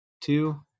two